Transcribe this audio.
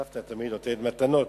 סבתא תמיד נותנת מתנות,